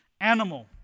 animal